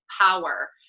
power